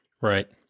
Right